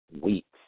weeks